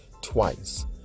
twice